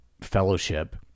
fellowship